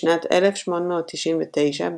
בשנת 1899,